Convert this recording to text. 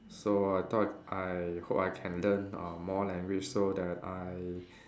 so I thought I hope I can learn uh more language so that I